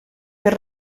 per